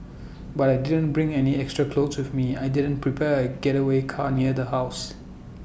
but I didn't bring any extra clothes with me I didn't prepare A getaway car near the house